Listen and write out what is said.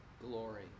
glory